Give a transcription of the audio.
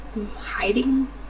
hiding